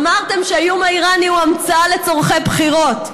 אמרתם שהאיום האיראני הוא המצאה לצורכי בחירות,